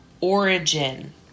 Origin